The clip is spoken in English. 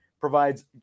provides